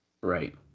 Right